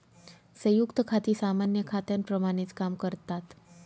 संयुक्त खाती सामान्य खात्यांप्रमाणेच काम करतात